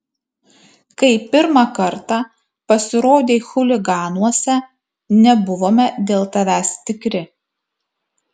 kai pirmą kartą pasirodei chuliganuose nebuvome dėl tavęs tikri